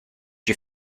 you